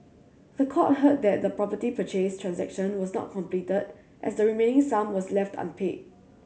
the court heard that the property purchase transaction was not completed as the remaining sum was left unpaid